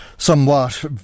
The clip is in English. somewhat